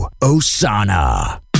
Osana